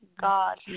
God